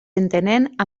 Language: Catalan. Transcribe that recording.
entenent